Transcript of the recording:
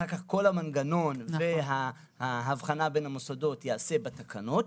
אחר כך כל המנגנון וההבחנה בין המוסדות ייעשה בתקנות,